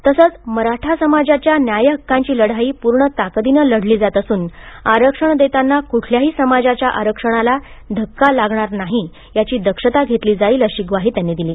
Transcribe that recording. तसेच मराठा समाजाच्या न्याय हक्काची लढाई पूर्ण ताकदीने लढली जात असून आरक्षण देताना कुठल्याही समाजाच्या आरक्षणाला धक्का लागणार नाही याची दक्षता घेतली जाईल अशी ग्वाही त्यांनी दिली